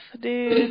dude